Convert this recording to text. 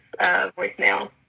voicemail